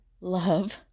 love